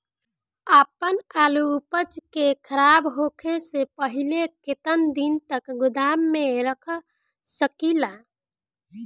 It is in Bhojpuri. आपन आलू उपज के खराब होखे से पहिले केतन दिन तक गोदाम में रख सकिला?